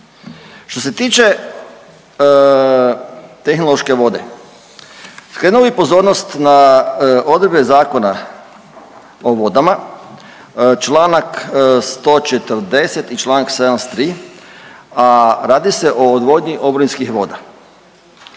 Što se tiče tehnološke vode, skrenuo bih pozornost na odredbe Zakona o vodama, čl. 140 i čl. 73, a radi se o odvodnji oborinskih voda.